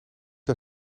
een